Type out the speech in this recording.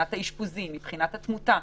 מבחינת האשפוזים ומבחינת התמותה,